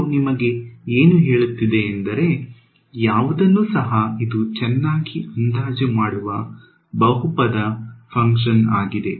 ಇದು ನಿಮಗೆ ಏನು ಹೇಳುತ್ತಿದೆ ಎಂದರೆ ಯಾವುದನ್ನು ಸಹ ಇದು ಚೆನ್ನಾಗಿ ಅಂದಾಜು ಮಾಡುವ ಬಹುಪದ ಫಂಕ್ಷನ್ ಆಗಿದೆ